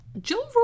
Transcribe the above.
Jill